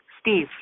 Steve